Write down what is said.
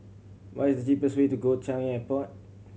what is the cheapest way to Changi Airport